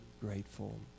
grateful